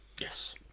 Yes